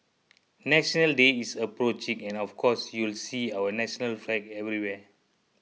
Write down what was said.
National Day is approaching and of course you'll see our national flag everywhere